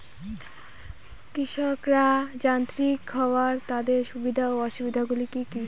কৃষকরা যান্ত্রিক হওয়ার তাদের সুবিধা ও অসুবিধা গুলি কি কি?